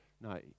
No